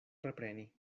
repreni